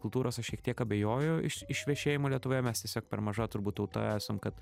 kultūros aš šiek tiek abejoju iš išvešėjimo lietuvoje mes tiesiog per maža turbūt tauta esam kad